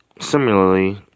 similarly